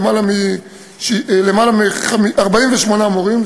48 מורים,